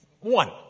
One